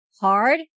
hard